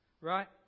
Right